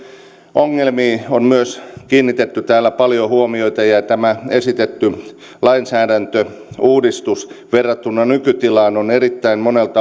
ongelmiin on myös kiinnitetty täällä paljon huomiota ja tämä esitetty lainsäädäntöuudistus verrattuna nykytilaan on erittäin monilta